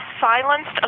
silenced